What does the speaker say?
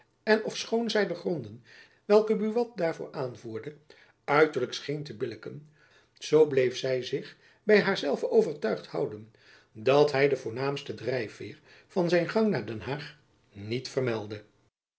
en ofschoon zy de gronden welke buat daarvoor aanvoerde uiterlijk scheen te billijken zoo bleef zy zich by haar zelve overtuigd houden dat hy den voornaamsten drijfveêr van zijn gang naar den haag niet vermeldde